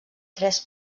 tres